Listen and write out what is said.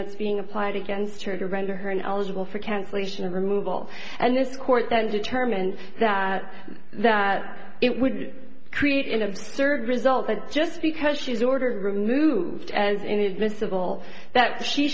that's being applied against her to render her an eligible for cancellation removal and this court then determines that that it would create an absurd result that just because she was ordered removed as inadmissible that she